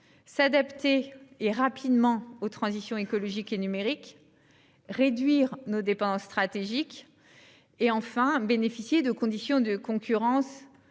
adapter rapidement aux transitions écologique et numérique, réduire nos dépendances stratégiques et, enfin, bénéficier de conditions de concurrence